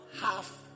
half